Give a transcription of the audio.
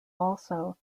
also